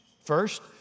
First